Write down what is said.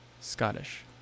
Scottish